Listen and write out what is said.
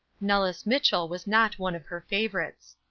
nellis mitchell was not one of her favorites.